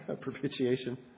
Propitiation